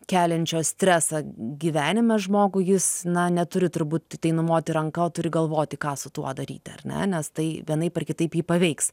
keliančio stresą gyvenime žmogui jis na neturiu turbūt į tai numoti ranka o turi galvoti ką su tuo daryti ar ne nes tai vienaip ar kitaip jį paveiks